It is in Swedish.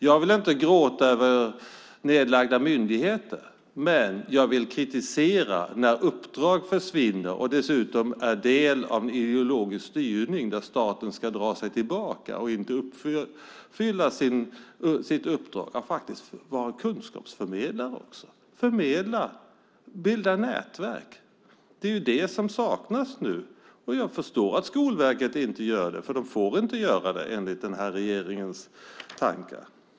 Jag gråter inte över nedlagda myndigheter, men jag kritiserar när uppdrag försvinner som en del av en ideologisk styrning där staten ska dra sig tillbaka och inte uppfylla sitt uppdrag att vara kunskapsförmedlare och bilda nätverk. Det saknas nu. Jag förstår att Skolverket inte utför detta. De får inte göra det enligt den här regeringens tankar.